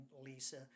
Lisa